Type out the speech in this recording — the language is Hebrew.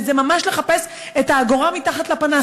זה ממש לחפש את האגורה מתחת לפנס.